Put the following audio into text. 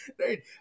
right